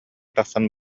тахсан